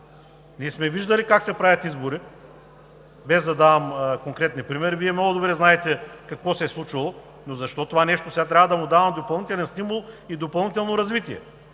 Ние сме виждали как се правят избори, без да давам конкретни примери. Вие много добре знаете какво се е случвало, но защо на това нещо сега трябва да му даваме допълнителен стимул и допълнително развитие?